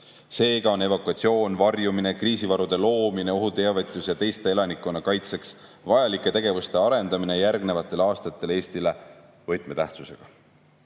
Seega on evakuatsioon, varjumine, kriisivarude loomine, ohuteavitus ja teiste elanikkonnakaitseks vajalike tegevuste arendamine järgnevatel aastatel Eestile